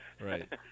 Right